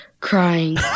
crying